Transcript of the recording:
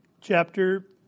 chapter